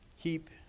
Keep